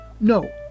No